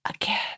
again